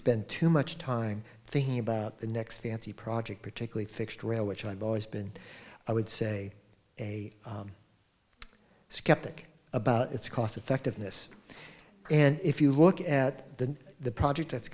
spend too much time thinking about the next fancy project particularly fixed rail which i've always been i would say a skeptic about its cost effectiveness and if you look at the the